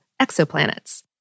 exoplanets